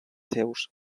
seus